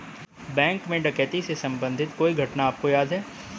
Bank में डकैती से संबंधित कोई घटना आपको याद है?